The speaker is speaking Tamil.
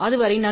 அதுவரை நன்றி